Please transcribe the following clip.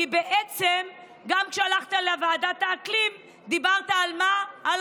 כי בעצם גם כשהלכת לוועידת האקלים, על מה דיברת?